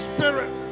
Spirit